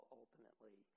ultimately